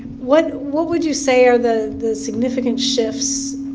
what what would you say are the the significant shifts,